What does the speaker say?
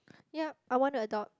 ya I want to adopt